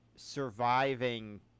surviving